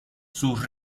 sus